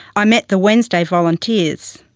i met the wednesday volunteers,